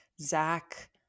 zach